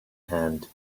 hand